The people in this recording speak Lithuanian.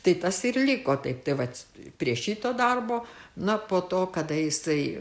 tai tas ir liko taip tai vat prie šito darbo na po to kada jisai